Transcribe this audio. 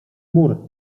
mur